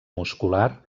muscular